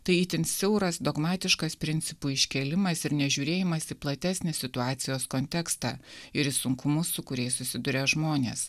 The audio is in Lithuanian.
tai itin siauras dogmatiškas principų iškėlimas ir nežiūrėjimas į platesnį situacijos kontekstą ir į sunkumus su kuriais susiduria žmonės